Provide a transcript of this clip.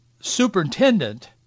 superintendent